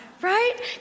Right